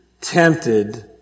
tempted